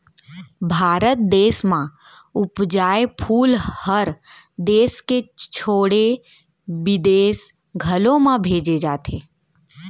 भारत देस म उपजाए फूल हर देस के छोड़े बिदेस घलौ म भेजे जाथे